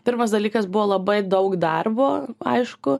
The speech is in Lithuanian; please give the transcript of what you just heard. pirmas dalykas buvo labai daug darbo aišku